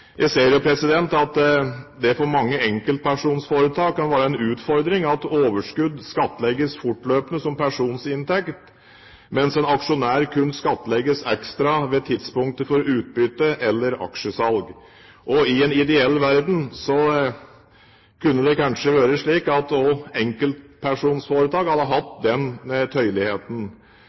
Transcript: Jeg ser at det for mange enkeltpersonforetak kan være en utfordring at overskudd skattlegges fortløpende som personinntekt, mens en aksjonær kun skattlegges ekstra ved tidspunktet for utbytte eller aksjesalg. I en ideell verden kunne det kanskje vært slik at også enkeltpersonforetak hadde hatt den tøyeligheten.